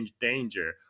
danger